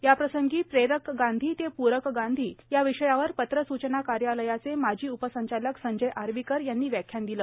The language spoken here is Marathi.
याप्रसंगी प्रेरक गांधी ते पूरक गांधी या विषयावर पत्र सूचना कार्यालयाचे माजी उपसंचालक संजय आर्वीकर यांनी व्याख्यान दिले